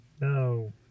No